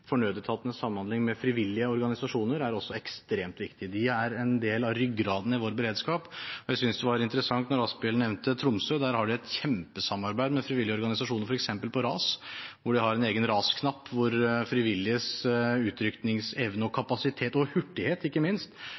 om nødetatenes samhandling: Nødetatenes samhandling med frivillige organisasjoner er også ekstremt viktig. De er en del av ryggraden i vår beredskap. Jeg syntes det var interessant at Asphjell nevnte Tromsø. Der har de et kjempesamarbeid med frivillige organisasjoner f.eks. innen ras. De har en egen rasknapp, hvor frivilliges utrykningsevne og -kapasitet og -hurtighet, ikke minst,